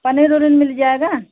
पनीर उनीर मिल जाएगा